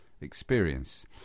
experience